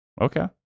Okay